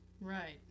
Right